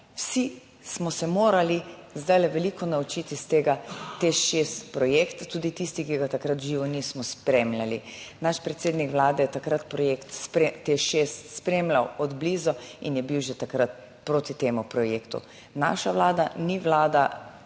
Vsi smo se morali zdaj veliko naučiti iz tega Teš 6 projekta, tudi tisti, ki ga takrat živo nismo spremljali, naš predsednik Vlade je takrat projekt Teš 6 spremljal od blizu in je bil že takrat proti temu projektu. Naša vlada ni vlada,